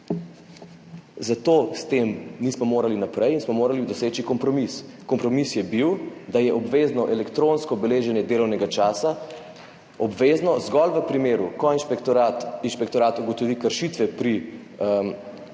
Zato s tem nismo mogli naprej in smo morali doseči kompromis. Kompromis je bil, da je obvezno elektronsko beleženje delovnega časa obvezno zgolj v primeru, ko inšpektorat ugotovi kršitve pri